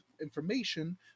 information